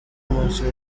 umunsi